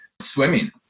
swimming